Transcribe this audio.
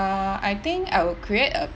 uh I think I would create a